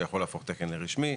שיכול להפוך תקן לרשמי,